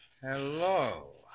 Hello